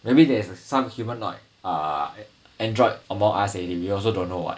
maybe there is some humanoid android among us already we also don't know [what]